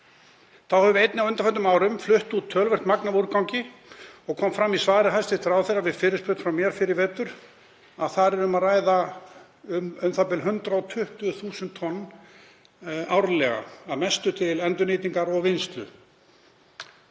Þá höfum við einnig á undanförnum árum flutt út töluvert magn af úrgangi og kom fram í svari hæstv. ráðherra við fyrirspurn frá mér fyrr í vetur að þar er um að ræða u.þ.b. 120.000 tonn árlega, að mestu til endurnýtingar og -vinnslu.